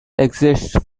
exist